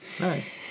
Nice